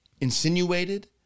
insinuated